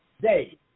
day